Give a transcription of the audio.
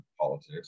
politics